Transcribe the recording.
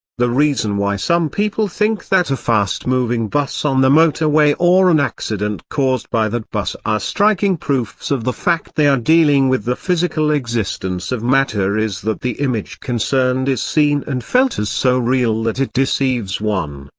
the reason why some people think that a fast-moving bus on the motorway or an accident caused by that bus are striking proofs of the fact they are dealing with the physical existence of matter is that the image concerned concerned is seen and felt as so real that it deceives one.